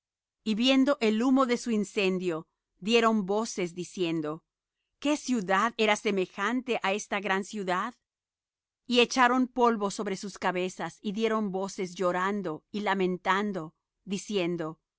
y viendo el humo de su incendio dieron voces diciendo qué ciudad era semejante á esta gran ciudad y echaron polvo sobre sus cabezas y dieron voces llorando y lamentando diciendo